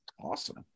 Awesome